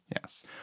Yes